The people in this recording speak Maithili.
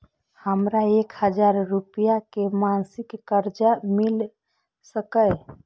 हमरा एक हजार रुपया के मासिक कर्जा मिल सकैये?